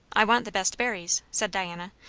i want the best berries, said diana,